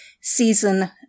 Season